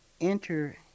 enter